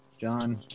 John